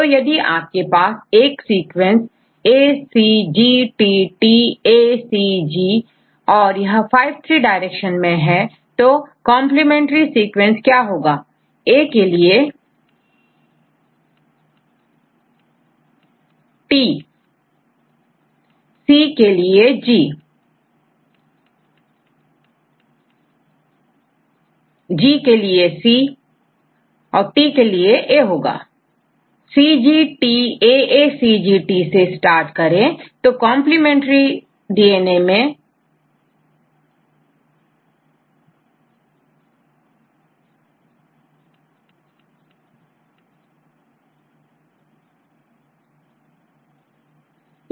तो यदि आपके पास एक सीक्वेंसACGTTACG और यह5'3' डायरेक्शन में है तो कंप्लीमेंट्री सीक्वेंस क्या होगाA के लिए Student T student T A के लिएTC के लिए G औरG के लिएC और T के लिएAहोगा अब यदिCGTAACGT से स्टार्ट हो तो कंप्लीमेंट्री सीक्वेंस कैसे लिखेंगे